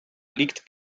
liegt